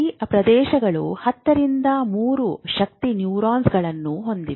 ಈ ಪ್ರದೇಶಗಳು 10 ರಿಂದ 3 ಶಕ್ತಿ ನ್ಯೂರಾನ್ಗಳನ್ನು ಹೊಂದಿವೆ